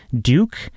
Duke